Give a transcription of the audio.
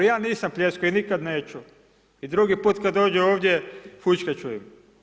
Ja nisam pljeskao i nikad neću i drugi put kad dođe ovdje, fućkat ću im.